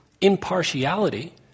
impartiality